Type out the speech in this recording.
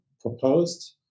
proposed